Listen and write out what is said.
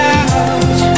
out